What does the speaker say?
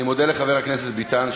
אני מודה לחבר הכנסת ביטן,